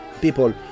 people